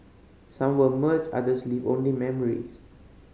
some were merged others leave only memories